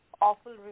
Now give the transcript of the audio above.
awful